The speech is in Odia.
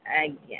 ଆଜ୍ଞା